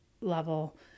level